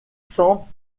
cent